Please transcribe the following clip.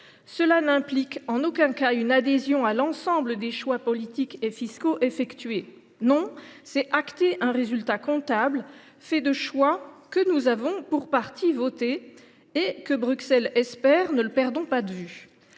texte n’implique en aucun cas une adhésion à l’ensemble des choix politiques et fiscaux effectués ; il s’agit simplement d’acter un résultat comptable fait de choix que nous avons pour partie votés, et que Bruxelles espère… Ne le perdons pas de vue.